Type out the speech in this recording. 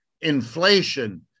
inflation